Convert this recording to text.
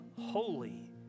holy